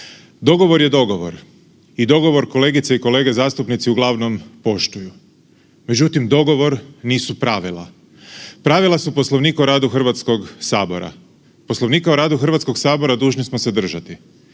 Dogovor je dogovor. I dogovor kolegice i kolege zastupnici uglavnom poštuju. Međutim, dogovor nisu pravila. Pravila su u Poslovniku o radu HS. Poslovnika o radu HS dužni smo se držati.